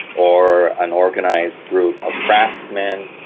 or an organised group of craftsmen,